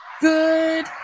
good